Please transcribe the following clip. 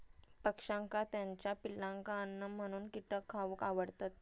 पक्ष्यांका त्याच्या पिलांका अन्न म्हणून कीटक खावक आवडतत